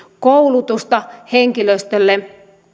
koulutusta henkilöstölle